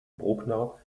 bruckner